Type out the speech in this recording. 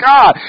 God